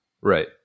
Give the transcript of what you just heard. Right